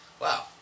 Wow